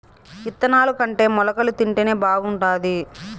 ఇత్తనాలుకంటే మొలకలు తింటేనే బాగుండాది